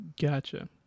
Gotcha